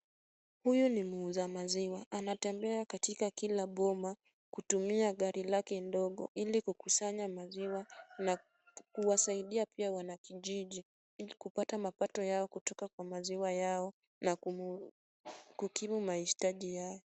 Huyu ni muuza maziwa. Anatembea katika kila boma kutumia gari lake ndogo, ili kukusanya maziwa na kuwasaidia pia wanakijiji ili kupata mapato yao kutoka kwa maziwa yao na kukimu mahitaji yao.